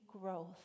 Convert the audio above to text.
growth